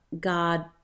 God